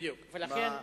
לכן,